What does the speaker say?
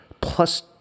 plus